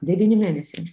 devyni mėnesiai